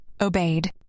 obeyed